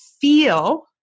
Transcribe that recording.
feel